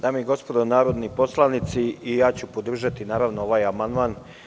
Dame i gospodo narodni poslanici, i ja ću podržati, naravno, ovaj amandman.